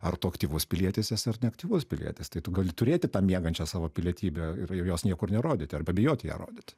ar tu aktyvus pilietis esi ar neaktyvus pilietis tai tu gali turėti tą miegančią savo pilietybę ir ir jos niekur nerodyti arba bijoti ją rodyt